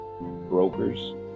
brokers